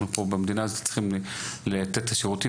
אנחנו פה במדינה הזאת צריכים לתת שירותים,